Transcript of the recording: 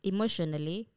Emotionally